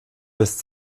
lässt